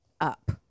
up